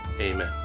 amen